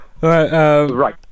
Right